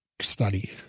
study